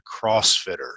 CrossFitter